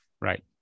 Right